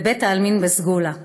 בבית העלמין בסגולה.